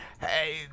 Hey